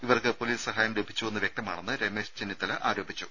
ഇവർക്ക് പൊലീസ് സഹായം ലഭിച്ചുവെന്ന് വ്യക്തമാണെന്ന് രമേശ് ചെന്നിത്തല ആരോപിച്ചു